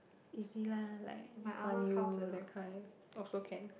easy lah like Lee Kuan Yew that kind also can